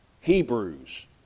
Hebrews